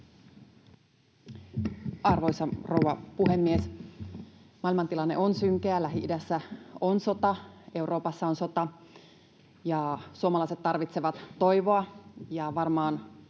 Arvoisa rouva puhemies! Maailmantilanne on synkeä — Lähi-idässä on sota, Euroopassa on sota — ja suomalaiset tarvitsevat toivoa, ja varmaan